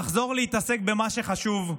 תחזור להתעסק במה שחשוב,